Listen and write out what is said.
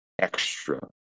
extra